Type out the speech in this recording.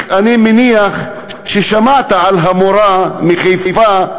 אני מניח ששמעת על המורה מחיפה,